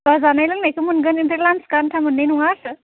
दा जानाय लोंनायखौ मोनगोन ओमफ्राय लान्सखौ आन्था मोननाय नङा आरो